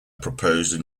proposed